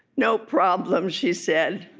no problem she said.